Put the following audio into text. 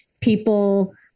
people